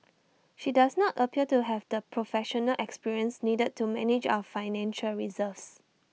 she does not appear to have the professional experience needed to manage our financial reserves